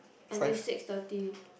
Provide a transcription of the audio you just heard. until six thirty